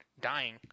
dying